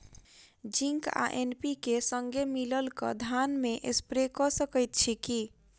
Zinc आ NPK, संगे मिलल कऽ धान मे स्प्रे कऽ सकैत छी की?